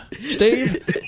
steve